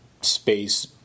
space